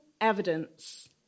evidence